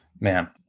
man